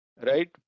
right